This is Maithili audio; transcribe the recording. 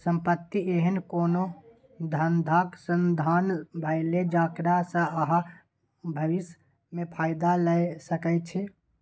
संपत्ति एहन कोनो धंधाक साधंश भेलै जकरा सँ अहाँ भबिस मे फायदा लए सकै छी